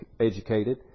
educated